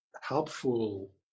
helpful